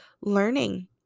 learning